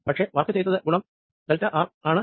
പക്ഷെ വർക്ക് ചെയ്തത് ഈ ഗുണം ഡെൽറ്റ ആർ ആണ്